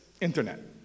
internet